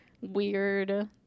weird